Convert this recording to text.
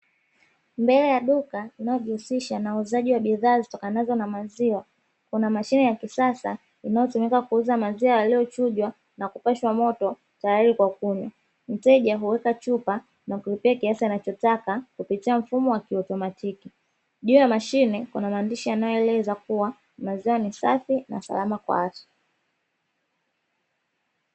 Mbele ya duka linalojihusisha na uuzaji wa bidhaa zitokanazo na maziwa, kuna mashine ya kisasa inayotumika kuuza maziwa yaliyochujwa na kupashwa moto tayari kwa kunywa. Mteja huweka chupa na kulipia kiasi anachotaka kupitia mfumo wa kiautomatiki. Juu ya mashine kuna maandishi yanayoeleza kuwa maziwa ni safi na salama kwa afya.